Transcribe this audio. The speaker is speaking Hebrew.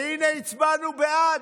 והינה, הצבענו בעד,